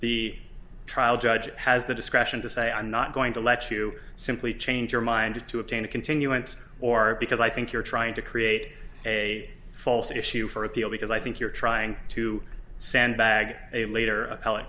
the trial judge has the discretion to say i'm not going to let you simply change your mind to obtain a continuance or because i think you're trying to create a false issue for appeal because i think you're trying to sandbag a later appell